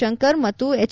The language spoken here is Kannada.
ಶಂಕರ್ ಮತ್ತು ಎಚ್